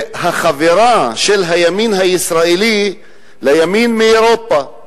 והחבירה של הימין הישראלי לימין מאירופה,